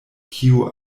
kiu